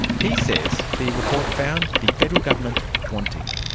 he says the report found the federal government wanting.